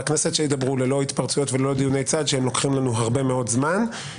הכנסת שידברו ללא התפרצויות וללא דיוני צד שלוקחים לנו הרבה מאוד זמן.